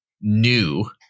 new